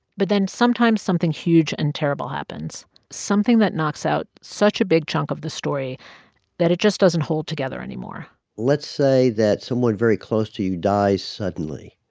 but then, sometimes, something huge and terrible happens something that knocks out such a big chunk of the story that it just doesn't hold together anymore let's say that someone very close to you dies suddenly.